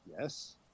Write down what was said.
yes